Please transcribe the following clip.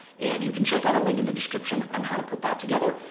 and you can check out a link in the description on how to put that together.